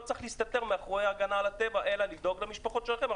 ולא צריך להסתתר מאחורי ההגנה על הטבע אלא לדאוג למשפחות שלכם.